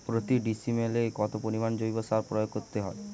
প্রতি ডিসিমেলে কত পরিমাণ জৈব সার প্রয়োগ করতে হয়?